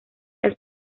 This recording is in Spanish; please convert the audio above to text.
las